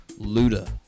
Luda